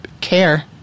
care